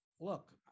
look